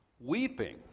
weeping